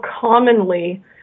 commonly